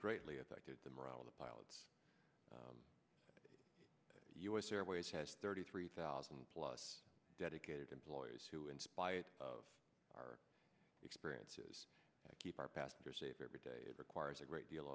greatly affected the morale of the pilots u s airways has thirty three thousand plus dedicated employees who in spite of our experiences keep our pastor safe every day it requires a great deal